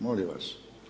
Molim vas.